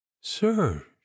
Sir